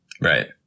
Right